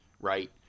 Right